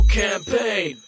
campaign